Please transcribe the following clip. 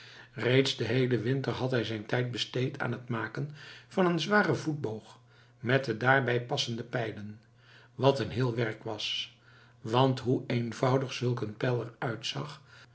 reeds den heelen winter had hij zijn tijd besteed aan het maken van een zwaren voetboog met de daarbij passende pijlen wat een heel werk was want hoe eenvoudig zulk een pijl er uitzag